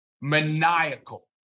maniacal